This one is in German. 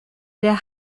der